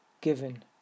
given